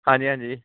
ਹਾਂਜੀ ਹਾਂਜੀ